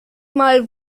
mal